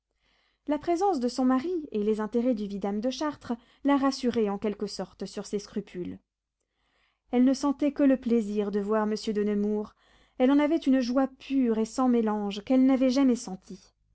la présence de son mari et les intérêts du vidame de chartres la rassuraient en quelque sorte sur ses scrupules elle ne sentait que le plaisir de voir monsieur de nemours elle en avait une joie pure et sans mélange qu'elle n'avait jamais sentie